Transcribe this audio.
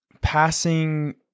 passing